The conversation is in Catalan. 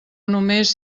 només